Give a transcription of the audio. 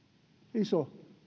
iso